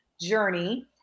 journey